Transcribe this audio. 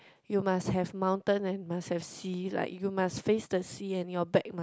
you must have mountain and must have sea like you must face the sea and your back must